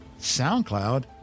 SoundCloud